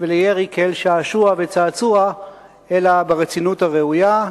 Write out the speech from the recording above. ולירי כאל שעשוע וצעצוע, אלא ברצינות הראויה.